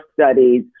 studies